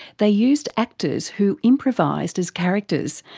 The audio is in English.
they used actors who improvised as characters,